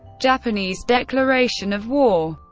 japanese declaration of war